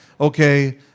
okay